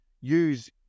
use